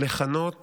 לכנות